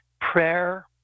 prayer